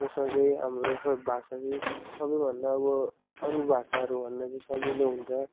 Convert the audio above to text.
त्यसमा चाहिँ हाम्रो भाषा चाहिँ सबैभन्दा अब अरू भाषाहरूभन्दा चाहिँ सजिलो हुन्छ